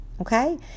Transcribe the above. okay